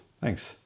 Thanks